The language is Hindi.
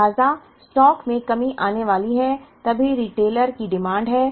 लिहाजा स्टॉक में कमी आने वाली है तभी रिटेलर की डिमांड है